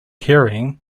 hearing